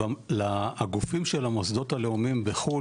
הגופים של המוסדות הלאומיים בחו"ל,